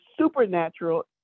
supernatural